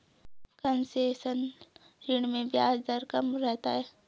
concessional ऋण में ब्याज दर कम रहता है